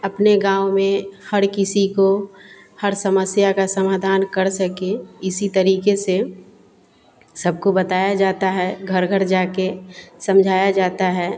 अपने गाँव में हर किसी को हर समस्या का समाधान कर सके इसी तरीक़े से सबको बताया जाता है घर घर जाकर समझाया जाता है